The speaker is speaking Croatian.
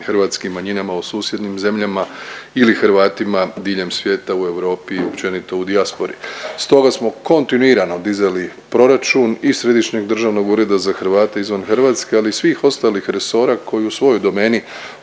hrvatskim manjinama u susjednim zemljama ili Hrvatima diljem svijeta, u Europi i općenito u dijaspori. Stoga smo kontinuirano dizali proračun i Središnjeg državnog ureda za Hrvate izvan Hrvatske ali i svih ostalih resora koji u svojoj domeni